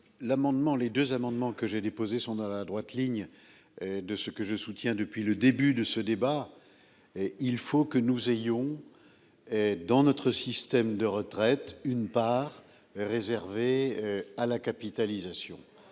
Ces deux amendements sont dans la droite ligne de ce que je soutiens depuis le début du débat : il faut introduire dans notre système de retraite une part réservée à la capitalisation.